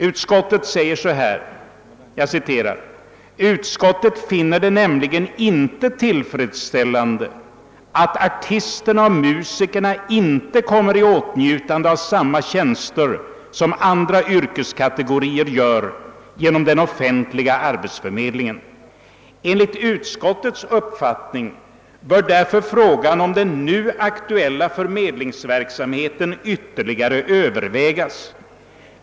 Utskottet skriver: » Utskottet finner det nämligen inte tillfredsställande att artisterna och musikerna inte kommer i åtnjutande av samma tjänster som andra yrkeskategorier gör genom den offentliga arbetsförmedlingen. Enligt utskottets uppfattning bör därför frågan om den nu aktuella förmedlingsverksamheten ytterligare övervägas.